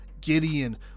gideon